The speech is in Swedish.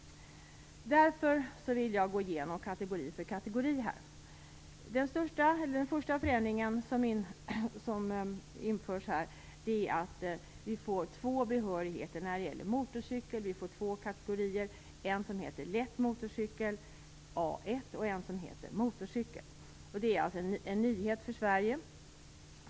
Därför vill jag gå igenom kategori för kategori. Den första förändringen som införs är att vi får två behörigheter när det gäller motorcyklar. Vi får två kategorier, en som heter lätt motorcykel, A1, och en som heter motorcykel. Detta är en nyhet för Sverige.